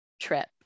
trip